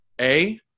A-